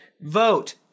Vote